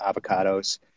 avocados